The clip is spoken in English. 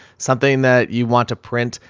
something that you want to print.